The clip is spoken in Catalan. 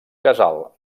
casal